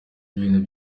ibintu